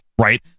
right